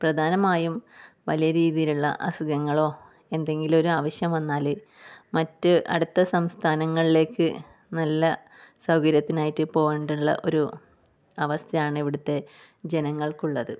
പ്രധാനമായും വലിയ രീതിയിലുള്ള അസുഖങ്ങളോ എന്തെങ്കിലും ഒരു ആവശ്യം വന്നാൽ മറ്റ് അടുത്ത സംസ്ഥാനങ്ങളിലേക്ക് നല്ല സൗകര്യത്തിനായിട്ട് പോകേണ്ടിയുള്ള ഒരു അവസ്ഥയാണ് ഇവിടുത്തെ ജനങ്ങൾക്ക് ഉള്ളത്